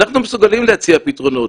אנחנו מסוגלים להציע פתרונות,